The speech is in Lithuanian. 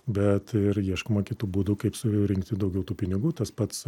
bet ir ieškoma kitų būdų kaip surinkti daugiau tų pinigų tas pats